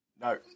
No